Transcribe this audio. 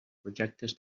projectes